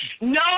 No